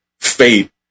fate